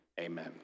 Amen